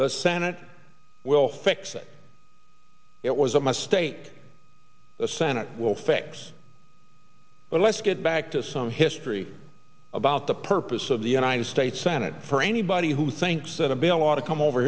the senate will fix it it was a mistake the senate will fix but let's get back to some history about the purpose of the united states senate for anybody who thinks that a bill lot of come over